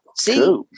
See